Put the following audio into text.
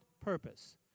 purpose